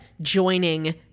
joining